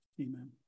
Amen